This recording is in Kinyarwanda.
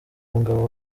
umugabo